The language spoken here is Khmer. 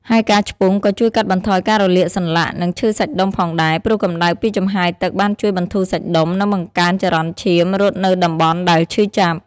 ហើយការឆ្ពង់ក៏ជួយកាត់បន្ថយការរលាកសន្លាក់ និងឈឺសាច់ដុំផងដែរ ព្រោះកម្ដៅពីចំហាយទឹកបានជួយបន្ធូរសាច់ដុំ និងបង្កើនចរន្តឈាមរត់នៅតំបន់ដែលឈឺចាប់។